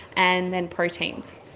and then proteins.